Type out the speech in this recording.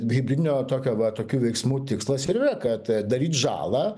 hibridinio tokio va tokių veiksmų tikslas ir yra kad daryt žalą